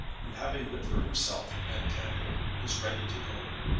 and having lit for himself a bed-candle was ready to go.